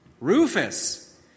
Rufus